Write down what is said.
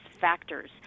factors